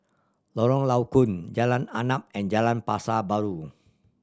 Lorong Low Koon Jalan Arnap and Jalan Pasar Baru